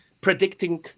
predicting